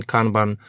Kanban